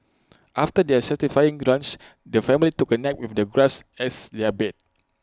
after their satisfying lunch the family took A nap with the grass as their bed